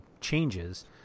changes